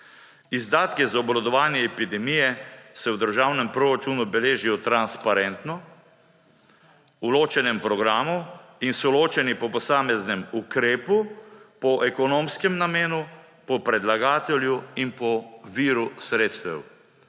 Izdatki za obvladovanje epidemije se v državnem proračunu beležijo transparentno v ločenem programu in so ločeni po posameznem ukrepu, po ekonomskem namenu, po predlagatelju in po viru sredstev.